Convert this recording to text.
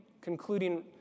concluding